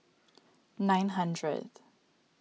nine hundreds